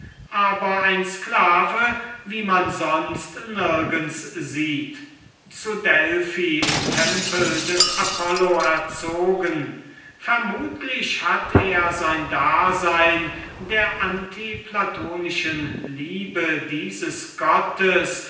aber ein sklave wie man sonst nirgends sieht er ist zu delphi im tempel des apollo erzogen worden und so viel ich vermute wird er sein dasein der antiplatonischen liebe dieses gottes